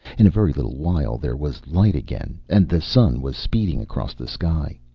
in a very little while there was light again, and the sun was speeding across the sky.